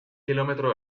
kilómetro